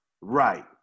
Right